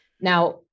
Now